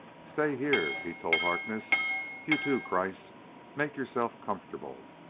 stay here, he told harkness you too, kreiss make yourselves comfortable.